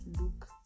look